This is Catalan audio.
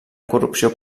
corrupció